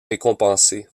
récompensé